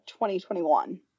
2021